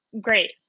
great